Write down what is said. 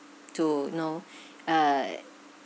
to you know uh